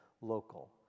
local